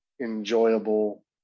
enjoyable